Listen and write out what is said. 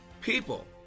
people